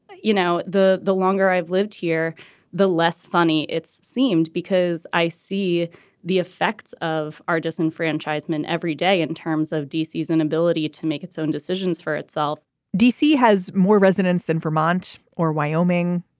you know the the longer i've lived here the less funny it seemed because i see the effects of our disenfranchisement every day in terms of disease and ability to make its own decisions for itself dc has more residents than vermont or wyoming.